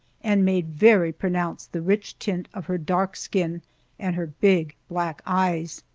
and made very pronounced the rich tint of her dark skin and her big black eyes.